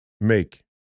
make